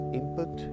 input